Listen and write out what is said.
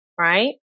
right